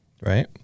Right